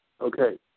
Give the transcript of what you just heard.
Okay